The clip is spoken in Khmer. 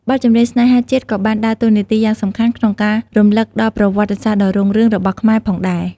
បទចម្រៀងស្នេហាជាតិក៏បានដើរតួនាទីយ៉ាងសំខាន់ក្នុងការរំលឹកដល់ ប្រវត្តិសាស្ត្រដ៏រុងរឿង របស់ខ្មែរផងដែរ។